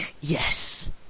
Yes